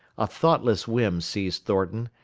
a thoughtless whim seized thornton,